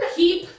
keep